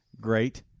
great